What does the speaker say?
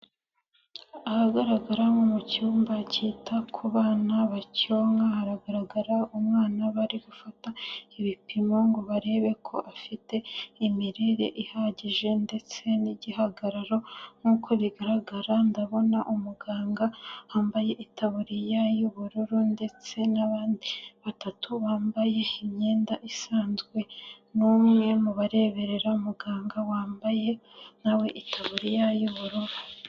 Ahagaragara nko mu cyumba cyita ku bana bacyonka, haragaragara umwana bari gufata ibipimo ngo barebe ko afite imirire ihagije ndetse n'igihagararo. Nkuko bigaragara ndabona umuganga wambaye itaburiya y'ubururu ndetse n'abandi batatu bambaye imyenda isanzwe, numwe mu bareberera muganga wambaye nawe itaburiya y'ubururu